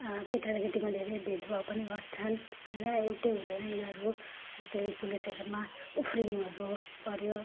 केटा र केटीमा धेरै भेदभाव पनि गर्छन् हैन एउटै हुँदैन यिनीहरू जस्तै पुलिसहरूमा उफ्रिनुहरू पर्यो